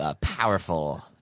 Powerful